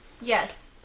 Yes